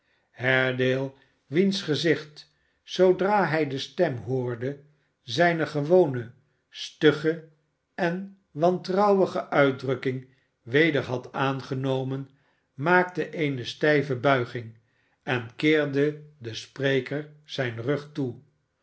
haredale wiens gezicht zoodra hij de stem hoorde zijne gewone stugge en wantrouwige uitdrukking weder had aangenomen maakte eene stijve buiging en keerde den spreker zijn rug toe